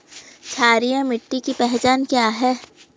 क्षारीय मिट्टी की पहचान क्या है?